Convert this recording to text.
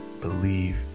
believe